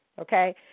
okay